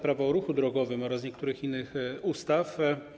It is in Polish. Prawo o ruchu drogowym oraz niektórych innych ustaw.